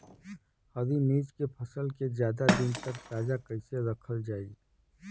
हरि मिर्च के फसल के ज्यादा दिन तक ताजा कइसे रखल जाई?